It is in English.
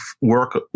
work